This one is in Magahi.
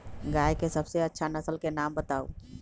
गाय के सबसे अच्छा नसल के नाम बताऊ?